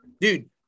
dude